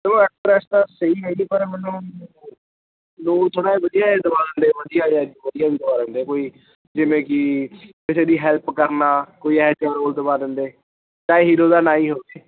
ਚਲੋ ਐਕਟਰੈਸ ਤਾਂ ਸਹੀ ਹੈ ਜੀ ਪਰ ਮੈਨੂੰ ਰੋਲ ਥੋੜ੍ਹਾ ਜਿਹਾ ਵਧੀਆ ਦਵਾ ਦਿੰਦੇ ਵਧੀਆ ਕੋਈ ਜਿਵੇਂ ਕਿ ਕਿਸੇ ਦੀ ਹੈਲਪ ਕਰਨਾ ਕੋਈ ਇਹ ਜਿਹਾ ਰੋਲ ਦਵਾ ਦਿੰਦੇ ਚਾਹੇ ਹੀਰੋ ਦਾ ਨਾ ਹੀ ਹੋਵੇ